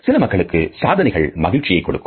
சில மக்களுக்கு சாதனைகள் மகிழ்ச்சியைக் கொடுக்கும்